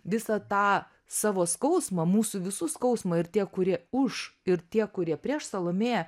visą tą savo skausmą mūsų visų skausmą ir tie kurie už ir tie kurie prieš salomėją